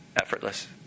effortless